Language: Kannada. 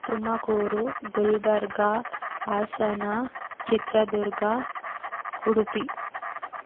ತುಮಕೂರು ಗುಲ್ಬರ್ಗ ಹಾಸನ ಚಿತ್ರದುರ್ಗ ಉಡುಪಿ